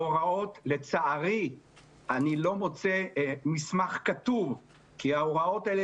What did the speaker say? לצערי אני לא מוצא מסמך כתוב כי ההוראות האלה